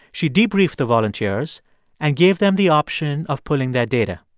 she debriefed the volunteers and gave them the option of pulling their data.